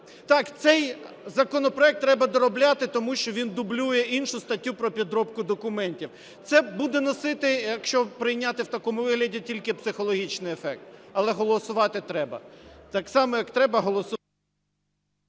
Так, цей законопроект треба доробляти, тому що він дублює іншу статтю про підробку документів. Це буде носити, якщо прийняти в такому вигляді, тільки психологічний ефект, але голосувати треба, так само як треба… ГОЛОВУЮЧИЙ.